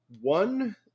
one